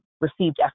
received